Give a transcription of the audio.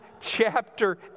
chapter